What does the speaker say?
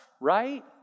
right